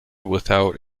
without